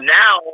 now